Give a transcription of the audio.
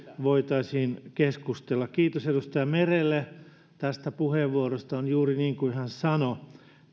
voitaisiin keskustella kiitos edustaja merelle puheenvuorosta on juuri niin kuin hän sanoi